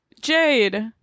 Jade